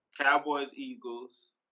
Cowboys-Eagles